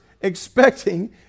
expecting